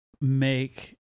make